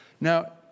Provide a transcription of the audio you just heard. Now